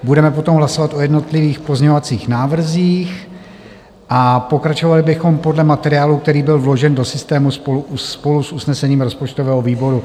Budeme potom hlasovat o jednotlivých pozměňovacích návrzích a pokračovali bychom podle materiálu, který byl vložen do systému spolu s usnesením rozpočtového výboru.